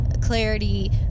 clarity